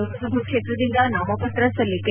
ಲೋಕಸಭಾ ಕ್ವೇತ್ರದಿಂದ ನಾಮಪತ್ರ ಸಲ್ಲಿಕೆ